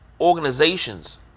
organizations